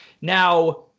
Now